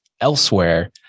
elsewhere